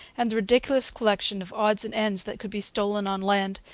and the ridiculous collection of odds and ends that could be stolen on land,